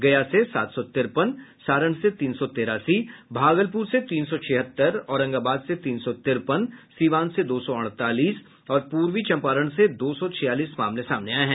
गया से सात सौ तिरपन सारण से तीन सौ तेरासी भागलपुर से तीन सौ छिहत्तर औरंगाबाद से तीन सौ तिरपन सीवान से दो सौ अड़तालीस और पूर्वी चम्परण से दो सौ छियालीस मामले सामने आये है